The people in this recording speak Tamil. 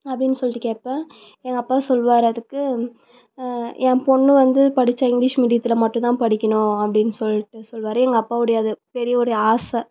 அப்படின்னு சொல்லிவிட்டு கேட்பேன் எங்கள் அப்பா சொல்வாரு அதுக்கு என் பொண்ணு வந்து படித்தா இங்க்லீஷ் மீடியத்தில் மட்டுந்தான் படிக்கணும் அப்படின்னு சொல்லிட்டு சொல்வார் எங்கள் அப்பாவுடைய அது பெரிய ஒரு ஆசை